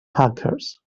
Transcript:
hackers